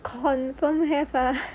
confirm have ah